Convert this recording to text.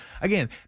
again